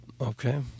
Okay